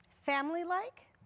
family-like